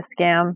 Scam